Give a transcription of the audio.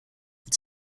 its